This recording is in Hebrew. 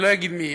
אני לא אגיד מי.